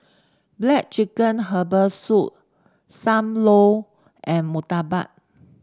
black chicken Herbal Soup Sam Lau and Murtabak